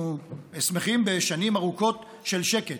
אנחנו שמחים בשנים ארוכות של שקט.